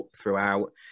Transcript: throughout